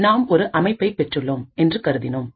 நாம் ஒரு அமைப்பை பெற்றுள்ளோம் என்று கருதினோம்